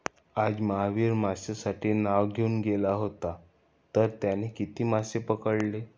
आज महावीर मासे पकडण्यासाठी नाव घेऊन गेला होता तर त्याने किती मासे पकडले?